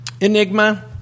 Enigma